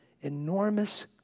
enormous